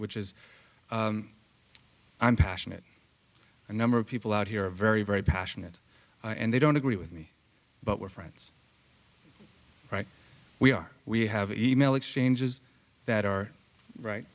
which is i'm passionate a number of people out here are very very passionate and they don't agree with me but we're friends right we are we have e mail exchanges that are right